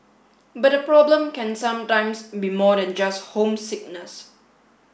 but the problem can sometimes be more than just homesickness